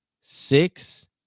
six